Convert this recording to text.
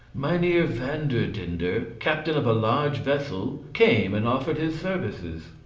mynheer vanderdendur, captain of a large vessel, came and offered his services.